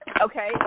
Okay